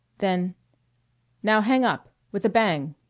then now hang up! with a bang!